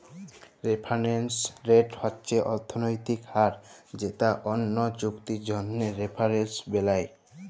referrals rate হছে অথ্থলৈতিক হার যেট অল্য চুক্তির জ্যনহে রেফারেলস বেলায়